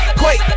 Quake